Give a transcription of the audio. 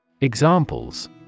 Examples